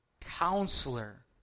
counselor